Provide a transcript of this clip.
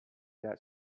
that